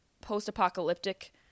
post-apocalyptic